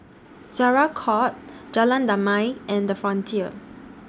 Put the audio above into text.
Syariah Court Jalan Damai and The Frontier